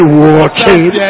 walking